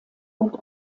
und